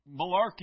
malarkey